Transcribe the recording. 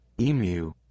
Emu